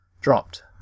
Dropped